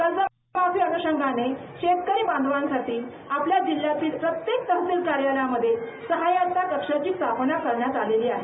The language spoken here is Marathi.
कर्ज माफी अनुशंगाने सर्व शेतकरी बांधवांसाठी आपल्या जिल्ह्यातील प्रत्येक तहशिल कार्यालयांमध्ये सहायता कक्षाची स्थापना करण्यात आलेली आहे